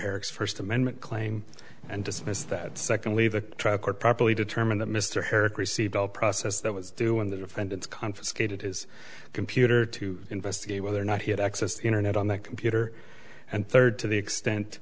herrick's first amendment claim and dismissed that secondly the trial court properly determined that mr herrick received all process that was due in the defendant's confiscated his computer to investigate whether or not he had access to internet on that computer and third to the extent